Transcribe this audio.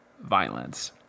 violence